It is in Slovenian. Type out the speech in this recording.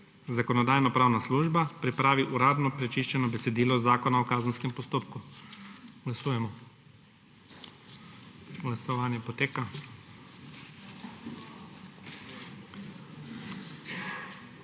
Zakonodajno-pravna služba pripravi uradno prečiščeno besedilo Zakona o kazenskem postopk. Glasujemo. Navzočih